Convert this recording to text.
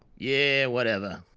yeah, whatever.